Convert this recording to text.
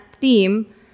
theme